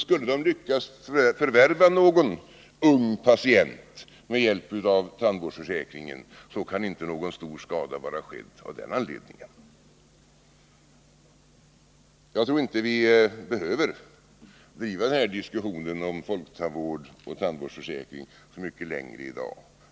Skulle de lyckas förvärva någon ung patient med hjälp av tandvårdsförsäkringen, kan inte någon stor skada vara skedd. Jag tror inte att vi behöver föra den här diskussionen om folktandvård och tandvårdsförsäkring så mycket längre i dag.